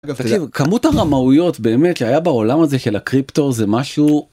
כמות הרמאויות באמת שהיה בעולם הזה של הקריפטור זה משהו.